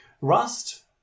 Rust